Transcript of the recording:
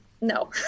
no